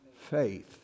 faith